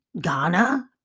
Ghana